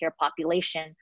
population